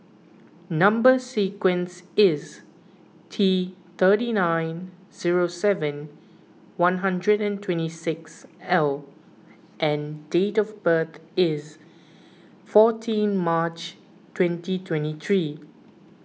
Number Sequence is T thirty nine zero seven one hundred and twenty six L and date of birth is fourteen March twenty twenty three